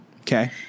Okay